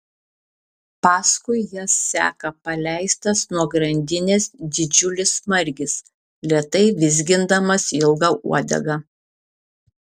paskui jas seka paleistas nuo grandinės didžiulis margis lėtai vizgindamas ilgą uodegą